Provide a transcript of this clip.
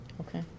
Okay